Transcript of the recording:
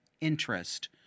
interest